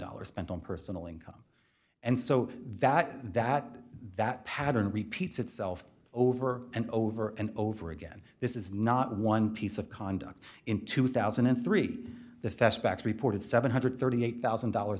dollars spent on personal income and so that that that pattern repeats itself over and over and over again this is not one piece of conduct in two thousand and three the feste back reported seven hundred and thirty eight thousand dollars